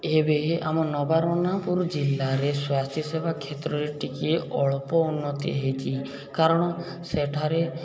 ଏବେ ଆମ ନବରନାପୁର ଜିଲ୍ଲାରେ ସ୍ୱାସ୍ଥ୍ୟ ସେବା କ୍ଷେତ୍ରରେ ଟିକେ ଅଳ୍ପ ଉନ୍ନତି ହୋଇଛି କାରଣ ସେଠାରେ